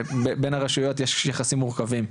בין הרשויות יש יחסים מורכבים.